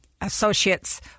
associates